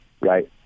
right